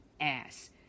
ass